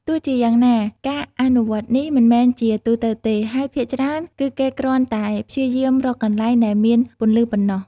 ទោះជាយ៉ាងណា ការអនុវត្តនេះមិនមែនជាទូទៅទេ ហើយភាគច្រើនគឺគេគ្រាន់តែព្យាយាមរកកន្លែងដែលមានពន្លឺប៉ុណ្ណោះ ។